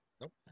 Nope